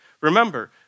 Remember